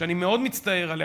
שאני מאוד מצטער עליה,